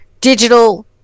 Digital